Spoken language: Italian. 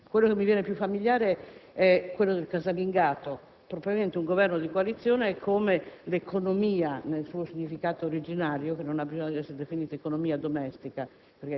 Quello a me più familiare è relativo al casalingato. Probabilmente, un Governo di coalizione è come l'economia nel suo significato originario, che non ha bisogno di essere definita economia domestica